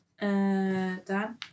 dan